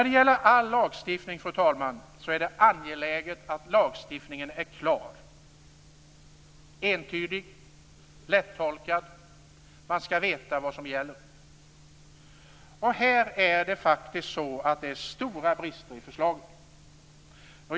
Det är angeläget, fru talman, att all lagstiftning är klar, entydig och lättolkad. Man skall veta vad som gäller. På den här punkten är det faktiskt stora brister i förslaget.